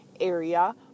area